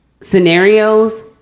scenarios